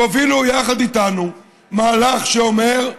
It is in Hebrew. תובילו יחד איתנו מהלך שאומר: